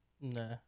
Nah